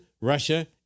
Russia